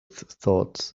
thoughts